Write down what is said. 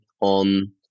on